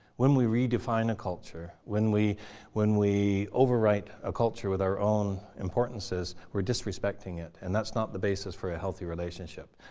when we redefine a culture, when we when we overwrite a culture with our own importances, we're disrespecting it. and that's not the basis for a healthy relationship.